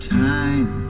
time